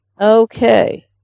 Okay